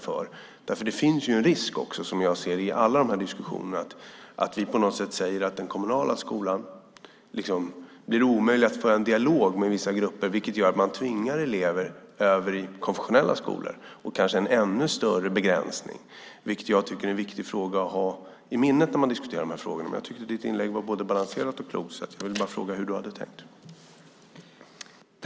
Som jag ser det finns det en risk i alla de här diskussionerna, att vi på något sätt säger att det i den kommunala skolan blir omöjligt att föra en dialog med vissa grupper, vilket gör att man tvingar över elever till konfessionella skolor och kanske en ännu större begränsning. Jag tycker att det är en viktig fråga att ha i minnet när man diskuterar de här frågorna. Men jag tyckte att ditt inlägg var både balanserat och klokt, så jag vill bara fråga hur du har tänkt.